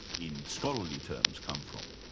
in scholarly terms, come from?